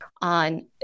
on